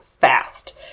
fast